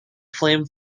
flame